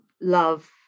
love